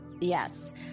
Yes